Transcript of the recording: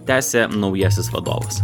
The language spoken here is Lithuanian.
tęsė naujasis vadovas